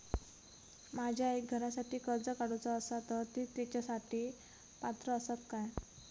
माझ्या आईक घरासाठी कर्ज काढूचा असा तर ती तेच्यासाठी पात्र असात काय?